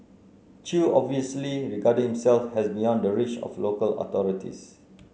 chew obviously regarded himself as beyond the reach of local authorities